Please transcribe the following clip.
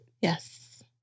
Yes